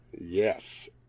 Yes